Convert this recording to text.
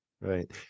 Right